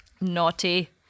Naughty